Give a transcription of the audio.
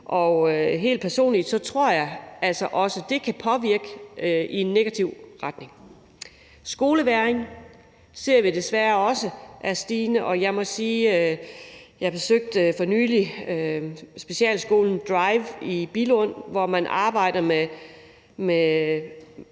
Og helt personligt tror jeg altså, at det kan påvirke i en negativ retning. Skolevægring ser vi desværre også er stigende. Jeg besøgte for nylig specialskolen Drive i Billund, hvor man arbejder med